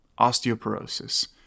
osteoporosis